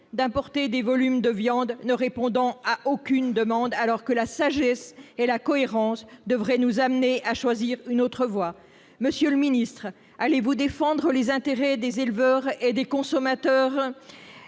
l'importation de volumes de viande ne répondant à aucune demande, alors que la sagesse et la cohérence devraient nous conduire à choisir une autre voie ? Monsieur le ministre, allez-vous défendre les intérêts des éleveurs et des consommateurs ?